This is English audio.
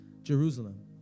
Jerusalem